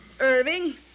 Irving